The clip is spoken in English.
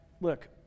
look